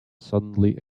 suddenly